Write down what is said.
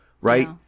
Right